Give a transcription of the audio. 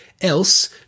else